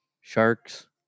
sharks